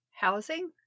Housing